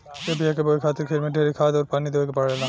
ए बिया के बोए खातिर खेत मे ढेरे खाद अउर पानी देवे के पड़ेला